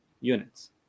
units